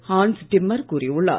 Hans Zimmer கூறியுள்ளார்